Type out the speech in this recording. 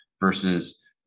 versus